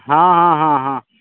हँ हँ हँ हँ